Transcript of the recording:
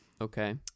Okay